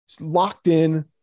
locked-in